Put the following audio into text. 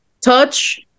Touch